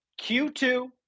Q2